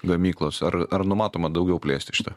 gamyklos ar ar numatoma daugiau plėsti šitą